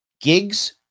gigs